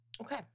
Okay